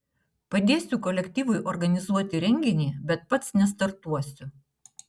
padėsiu kolektyvui organizuoti renginį bet pats nestartuosiu